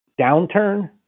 downturn